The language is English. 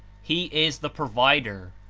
he is the provider,